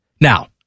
Now